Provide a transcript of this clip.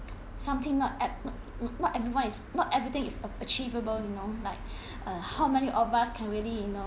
something not at~ not not everyone is not everything is achievable you know like uh how many of us can really you know